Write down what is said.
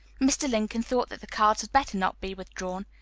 mr. lincoln thought that the cards had better not be withdrawn.